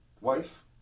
wife